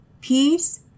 Peace